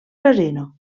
casino